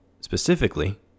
Specifically